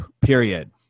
period